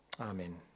Amen